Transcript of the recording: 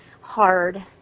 hard